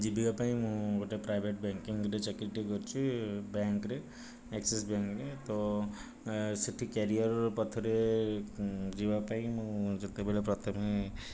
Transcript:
ଜୀବିକା ପାଇଁ ମୁଁ ଗୋଟିଏ ପ୍ରାଇଭେଟ୍ ବ୍ୟାଙ୍କିଂରେ ଚାକିରିଟିଏ କରିଛି ବ୍ୟାଙ୍କ୍ରେ ଆକ୍ସିସ ବ୍ୟାଙ୍କ୍ରେ ତ ସେଠି କ୍ୟାରିଅର ପଥରେ ଯିବା ପାଇଁ ମୁଁ ଯେତେବେଳେ ପ୍ରଥମେ